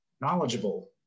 knowledgeable